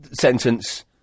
sentence